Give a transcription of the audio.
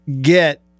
get